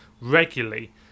regularly